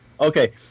Okay